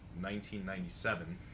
1997